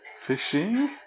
Fishing